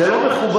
זה לא מכובד.